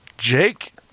Jake